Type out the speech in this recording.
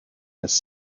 his